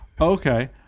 okay